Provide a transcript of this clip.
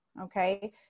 Okay